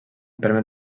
permet